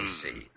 see